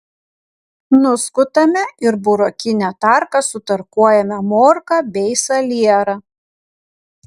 nuskutame ir burokine tarka sutarkuojame morką bei salierą